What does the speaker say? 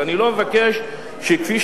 אני לא מבקש כפי